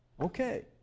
Okay